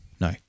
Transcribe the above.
No